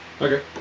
Okay